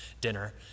dinner